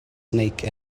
snake